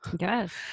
Yes